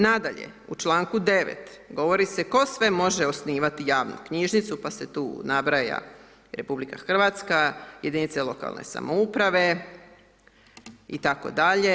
Nadalje, u čl. 9. govori se tko sve može osnivati javnu knjižnicu, pa se tu nabraja RH, jedinice lokalne samouprave itd.